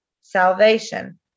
salvation